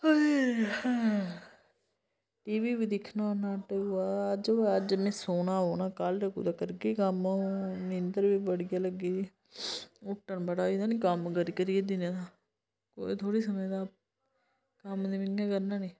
T V बी दिक्खना नाटक बा अज्ज अज्ज में सौना कल कुदै करगे कम्म अ'ऊं नींदर बी बड़ी ऐ लग्गी दी हुट्टन बड़ा होंदा ना कम्म करी करियै दिनें दा कोई थोह्ड़ी समझदा कम्म ते मी गै करना नेईं